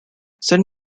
saint